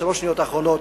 בשלוש השניות האחרונות,